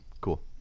Cool